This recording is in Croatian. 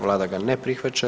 Vlada ga ne prihvaća.